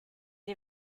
les